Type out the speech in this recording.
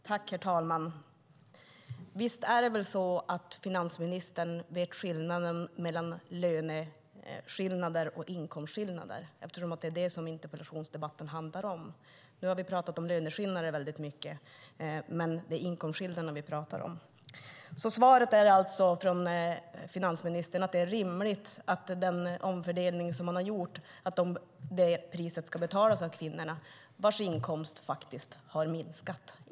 Herr talman! Visst förstår väl finansministern skillnaden mellan löneskillnader och inkomstskillnader? Nu har vi pratat mycket om löneskillnader, men det är inkomstskillnader som interpellationsdebatten handlar om. Svaret från finansministern är alltså att det är rimligt att priset för den omfördelning som man har gjort ska betalas av kvinnorna, vilkas inkomst faktiskt har minskat.